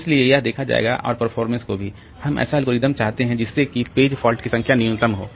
इसलिए यह देखा जाएगा और परफॉर्मेंस को भी हम ऐसा एल्गोरिथ्म चाहते हैं जिससे कि पेज फॉल्ट की संख्या न्यूनतम हो